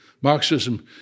Marxism